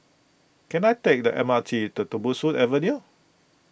can I take the M R T to Tembusu Avenue